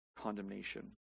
condemnation